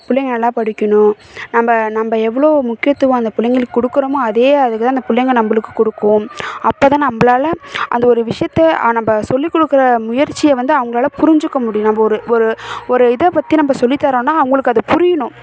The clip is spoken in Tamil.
பிள்ளைங்க நல்லா படிக்கணும் நம்ம நம்ம எவ்வளோ முக்கியத்துவம் அந்த பிள்ளைங்களுக்கு கொடுக்குறோமோ அதே அளவுக்குதான் அந்த பிள்ளைங்க நம்மளுக்கும் கொடுக்கும் அப்போதான் நம்மளால அந்த ஒரு விஷயத்தை நம்ம சொல்லி கொடுக்குற முயற்சியை வந்து அவங்களால் புரிஞ்சுக்க முடியும் நம்ம ஒரு ஒரு ஒரு இதை பற்றி நம்ம சொல்லி தாரோன்னால் அவங்களுக்கு அது புரியணும்